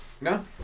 no